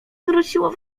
zwróciło